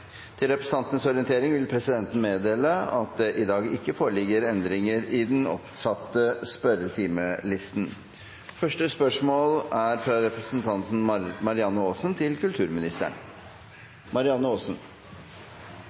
Til representantenes orientering vil presidenten meddele at det i dag ikke foreligger endringer i den oppsatte spørsmålslisten. På Grini i Bærum, rett ved den gamle fangeleiren fra